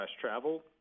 travel